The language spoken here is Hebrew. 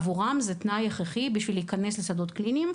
עבורם זה תנאי הכרחי בשביל להיכנס לשדות הקליניים,